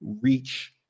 reach